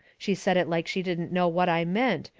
she said it like she didn't know what i meant,